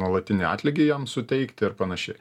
nuolatinį atlygį jam suteikti ar panašiai